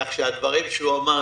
כך שהדברים שהוא אמר,